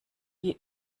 die